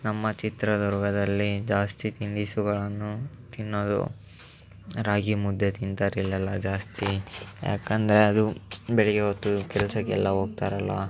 ನಮ್ಮ ಚಿತ್ರದುರ್ಗದಲ್ಲಿ ಜಾಸ್ತಿ ತಿನಿಸುಗಳನ್ನು ತಿನ್ನೋದು ರಾಗಿಮುದ್ದೆ ತಿಂತಾರೆ ಇಲ್ಲೆಲ್ಲ ಜಾಸ್ತಿ ಯಾಕಂದರೆ ಅದು ಬೆಳಿಗ್ಗೆ ಹೊತ್ತು ಕೆಲಸಕ್ಕೆಲ್ಲ ಹೋಗ್ತಾರಲ್ಲ